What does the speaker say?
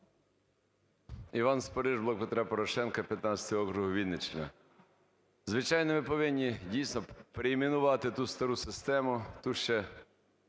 Іван Спориш, "Блок Петра Порошенка", 15 округ, Вінниччина. Звичайно, ми повинні, дійсно, перейменувати ту стару систему, ту ще